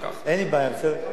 לא,